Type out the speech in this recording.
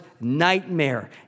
nightmare